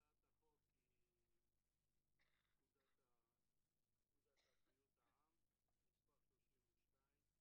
הצעת חוק פקודת בריאות העם (מס' 32),